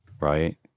right